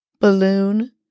balloon